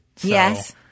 yes